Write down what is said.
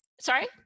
Sorry